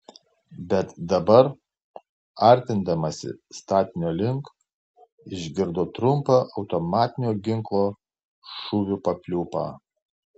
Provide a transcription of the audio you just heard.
bet dabar artindamasi statinio link išgirdo trumpą automatinio ginklo šūvių papliūpą